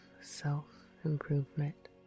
self-improvement